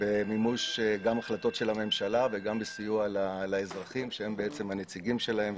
במימוש החלטות של הממשלה וגם בסיוע לאזרחים שהם הנציגים שלהם.